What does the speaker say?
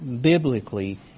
biblically